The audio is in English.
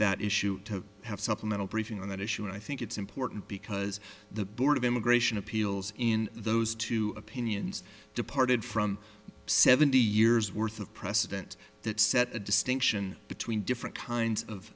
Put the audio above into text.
that issue to have supplemental briefing on that issue and i think it's important because the board of immigration appeals in those two opinions departed from seventy years worth of precedent that set a distinction between different kinds of